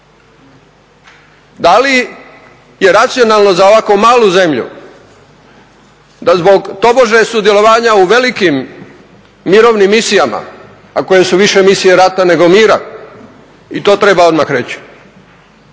Da li je racionalno za ovako malu zemlju da zbog tobožnjeg sudjelovanja u velikim mirovnim misijama, a koje su više misije rata nego mira i to treba odmah reći